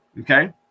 Okay